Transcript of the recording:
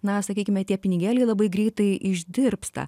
na sakykime tie pinigėliai labai greitai išdirbsta